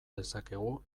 dezakegu